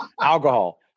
Alcohol